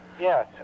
yes